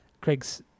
Craig's